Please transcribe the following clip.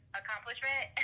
accomplishment